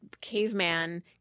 caveman